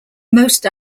most